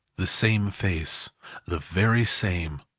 the same face the very same.